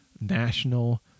National